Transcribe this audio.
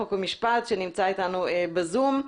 חוק ומשפט שנמצא איתנו בזום,